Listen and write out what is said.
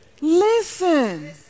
Listen